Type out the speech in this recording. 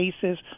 cases